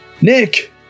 Nick